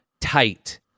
tight